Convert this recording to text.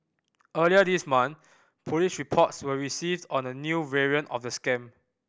earlier this month police reports were received on a new variant of the scam